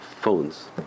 phones